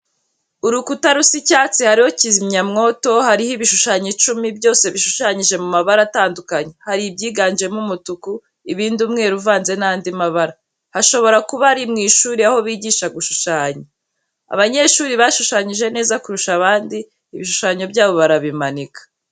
Urukuta rusa icyatsi hariho kizimyamwoto, hariho ibishushanyo icumi, byose bishushanyije mu mabara atandukanye, hari ibyiganjemo umutuku, ibindi umweru uvanze n'andi mabara, hashobora kuba ari mu ishuri aho bigisha gushushanya. Abanyeshuri bashushanyije neza kurusha abandi, ibishushanyo byabo barabimanika.